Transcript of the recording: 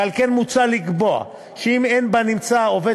ועל כן מוצע לקבוע שאם אין בנמצא עובד